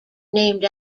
named